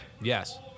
Yes